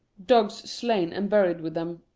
dogs slain and buried with them,